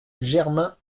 germain